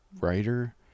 writer